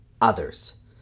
others